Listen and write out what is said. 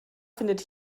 findet